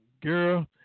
girl